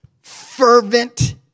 fervent